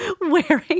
wearing